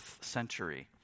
century